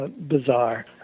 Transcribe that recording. bizarre